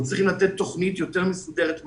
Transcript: אנחנו צריכים לתת תוכנית יותר מסודרת מה